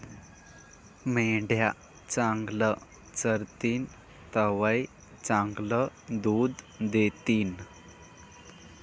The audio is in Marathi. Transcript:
मेंढ्या चांगलं चरतीन तवय चांगलं दूध दितीन